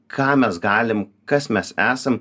ką mes galim kas mes esam